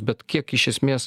bet kiek iš esmės